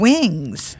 Wings